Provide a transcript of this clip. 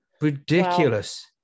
ridiculous